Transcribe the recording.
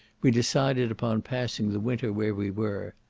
we decided upon passing the winter where we were.